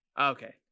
Okay